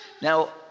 Now